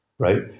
right